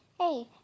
Hey